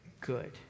good